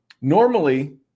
normally